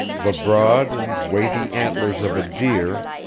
the broad and weighty antlers of a deer,